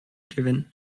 driven